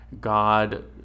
God